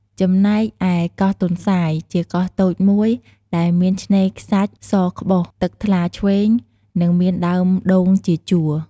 ចំណែកឯកោះទន្សាយ ជាកោះតូចមួយដែលមានឆ្នេរខ្សាច់សក្បុស ទឹកថ្លាឈ្វេង និងមានដើមដូងជាជួរ។